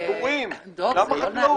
מגורים, למה חקלאות.